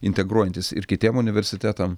integruojantis ir kitiem universitetam